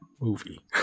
movie